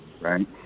right